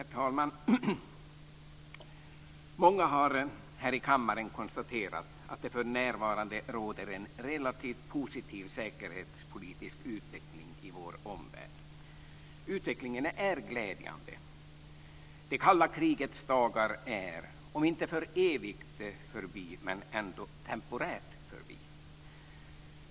Herr talman! Många här i kammaren har konstaterat att det för närvarande råder en relativt positiv säkerhetspolitisk utveckling i vår omvärld. Utvecklingen är glädjande. Det kalla krigets dagar är om inte för evigt förbi så ändå temporärt förbi.